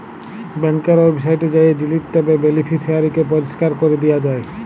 ব্যাংকের ওয়েবসাইটে যাঁয়ে ডিলিট ট্যাবে বেলিফিসিয়ারিকে পরিষ্কার ক্যরে দিয়া যায়